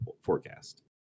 forecast